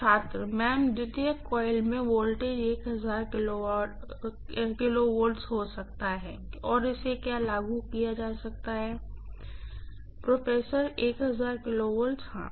छात्र secondary coil में voltage kV हो सकता है और इसे लागू किया जा सकता है प्रोफेसर 1000 kV हाँ